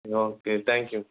okay thank you